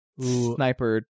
sniper